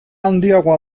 handiagoa